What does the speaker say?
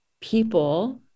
people